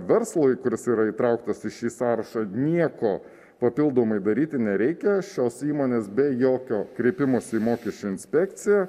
verslui kuris yra įtrauktas į šį sąrašą nieko papildomai daryti nereikia šios įmonės be jokio kreipimosi į mokesčių inspekciją